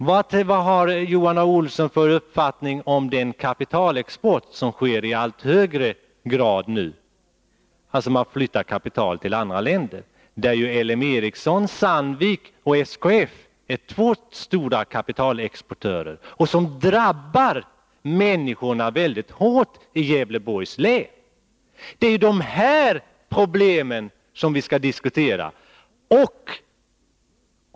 Vad har Johan A. Olsson för uppfattning om den kapitalexport, alltså att man flyttar kapital till andra länder, som nu sker i allt högre grad? L M Ericsson, Sandvik och SKF är stora kapitalexportörer, och deras kapitalexport drabbar människorna i Gävleborgs län mycket hårt. Det är dessa problem som vi skall diskutera.